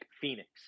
Phoenix